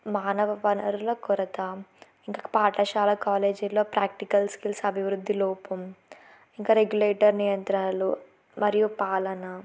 మానవ వనరుల కొరత ఇంకా పాఠశాల కాలేజీలో ప్రాక్టికల్ స్కిల్స్ అభివృద్ధి లోపం ఇంకా రెగ్యులేటర్ నియంత్రణలు మరియు పాలన